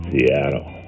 Seattle